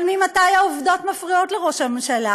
אבל ממתי העובדות מפריעות לראש הממשלה?